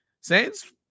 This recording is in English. saints